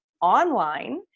online